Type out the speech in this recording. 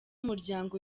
n’umuryango